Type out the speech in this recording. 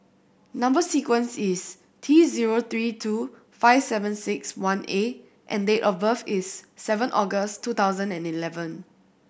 number sequence is T zero three two five seven six one A and date of birth is seven August two thousand and eleven